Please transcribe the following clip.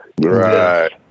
right